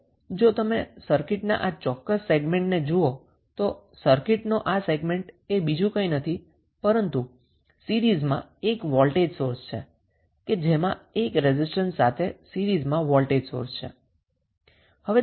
હવે જો તમે સર્કિટના આ ચોક્કસ સેગમેન્ટ ને જુઓ તો સર્કિટનો આ સેગમેન્ટ એ બીજુ કંઇ નથી પરંતુ 1 રેઝિસ્ટન્સ સાથે સીરીઝમાં વોલ્ટેજ સોર્સ છે